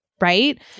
Right